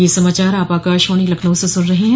ब्रे क यह समाचार आप आकाशवाणी लखनऊ से सुन रहे हैं